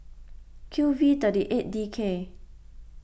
Q V thirty eight D K